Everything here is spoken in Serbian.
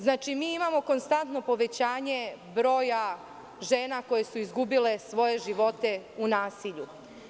Znači, mi imamo konstantno povećanje broja žena koje su izgubile svoje živote u nasilju.